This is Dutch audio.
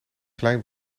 klein